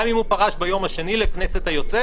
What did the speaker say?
גם אם הוא פרש ביום השני לכנסת היוצאת